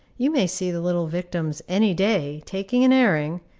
you may see the little victims any day, taking an airing,